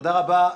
תודה רבה.